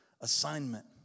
assignment